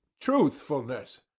truthfulness